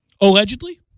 Allegedly